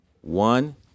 One